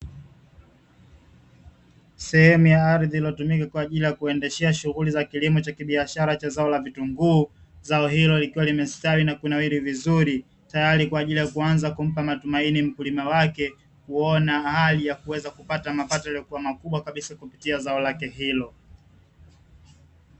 Sehemu ya ardhi iliyotumika kwa ajili ya kuendeshea shughuli za kilimo cha kibiashara cha zao la vitunguu, zao hilo likiwa limestawi na kunawiri vizuri tayari kwa ajili ya kuanza kumpa matumaini mkulima wake kuona hali ya kuweza kupata mapato yaliyokuwa makubwa kabisa kupitia zao lake hilo.